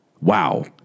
wow